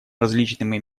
различными